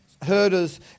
Herders